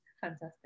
Fantastic